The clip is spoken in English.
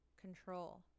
Control